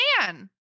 Man